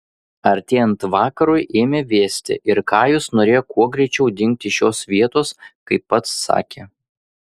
artėjant vakarui ėmė vėsti ir kajus norėjo kuo greičiau dingti iš šios vietos kaip pats sakė